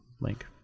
link